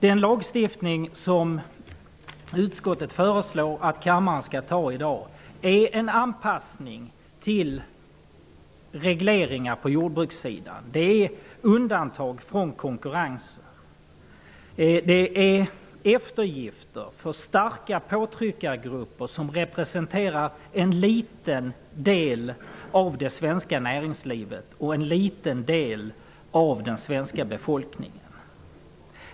Den lagstiftning som utskottet föreslår att kammaren skall fatta beslut om i dag är en anpassning till regleringar på jordbruksområdet, undantag från konkurrens samt eftergifter för starka påtryckargrupper som representerar en liten del av det svenska näringslivet och en liten del av den svenska befolkningen.